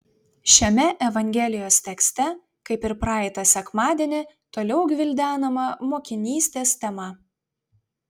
šiame evangelijos tekste kaip ir praeitą sekmadienį toliau gvildenama mokinystės tema